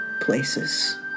places